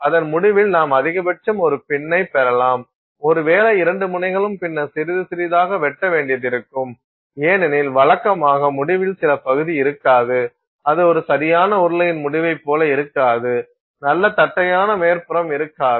அதன் முடிவில் நாம் அதிகபட்சம் ஒரு பின் பெறலாம் ஒருவேளை இரண்டு முனைகளையும் பின்னர்சிறிது சிறிதாக வெட்ட வேண்டியதிருக்கும் ஏனெனில் வழக்கமாக முடிவில் சில பகுதி இருக்காது அது ஒரு சரியான உருளையின் முடிவைப் போல இருக்காது நல்ல தட்டையான மேற்பரப்பும் இருக்காது